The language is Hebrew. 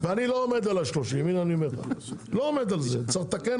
ולא היה לי אף פעם אינטרס --- איך זה מסתדר עם המציאות?